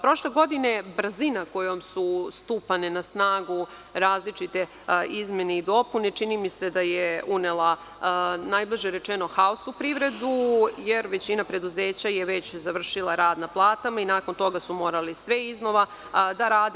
Prošle godine je brzina kojom su stupane na snagu različite izmene i dopune, čini mi se da je unela najblaže rečeno haos u privredu, jer većina preduzeća je već završila rad na platama i nakon toga su morali sve iznova da rade.